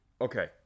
Okay